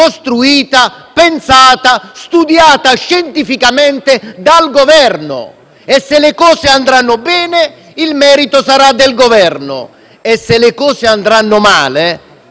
costruita, pensata e studiata scientificamente dal Governo. Se le cose andranno bene, il merito sarà del Governo; se le cose andranno male,